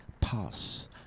pass